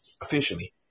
officially